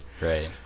Right